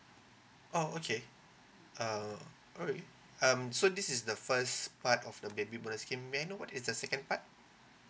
oh okay uh alright um so this is the first part of the baby bonus scheme may I know what is the second part